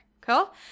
Cool